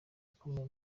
ukomeye